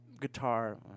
Guitar